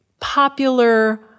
popular